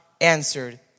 answered